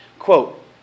Quote